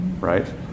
Right